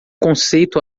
conceito